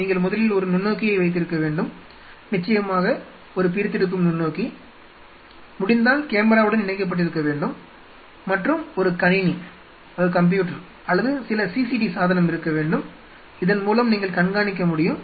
நீங்கள் முதலில் ஒரு நுண்ணோக்கியை வைத்திருக்க வேண்டும் நிச்சயமாக ஒரு பிரித்தெடுக்கும் நுண்ணோக்கி முடிந்தால் கேமராவுடன் இணைக்கப்பட்டிருக்க வேண்டும் மற்றும் ஒரு கணினி அல்லது சில CCD சாதனம் இருக்க வேண்டும் இதன்மூலம் நீங்கள் கண்காணிக்க முடியும்